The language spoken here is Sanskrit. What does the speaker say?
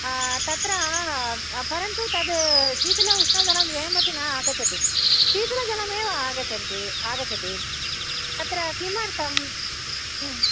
तत्र परन्तु तद् शीतल उष्णजलं द्वयमपि न आगच्छति शीतलजलमेव आगच्छन्ति आगच्छति तत्र किमर्थं